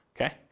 okay